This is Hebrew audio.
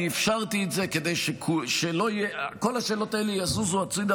אני אפשרתי את זה כדי שכל השאלות האלה יזוזו הצידה